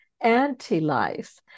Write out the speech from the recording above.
anti-life